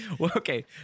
okay